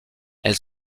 elle